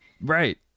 Right